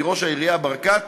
כי ראש העירייה ברקת,